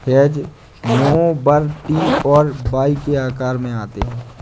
hedge mower T और Y के आकार में आते हैं